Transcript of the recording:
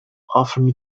often